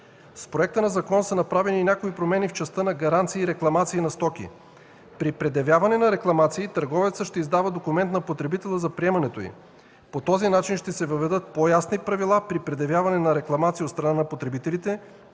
Със законопроекта са направени и някои промени в частта гаранции и рекламации на стоки. При предявяване на рекламации, търговецът ще издава документ на потребителя за приемането й. По този начин ще се въведат по-ясни правила при предявяване на рекламации от страна на потребителите